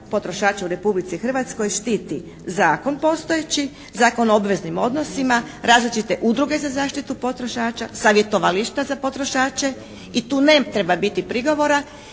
potrošača u Republici Hrvatskoj štiti zakon postojeći, Zakon o obveznim odnosima, različite udruge za zaštitu potrošača, savjetovalište za potrošače i te ne treba biti prigovora